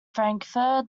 frankfurter